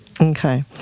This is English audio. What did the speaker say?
Okay